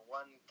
one